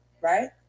right